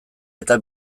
eta